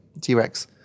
T-Rex